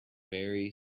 very